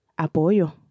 apoyo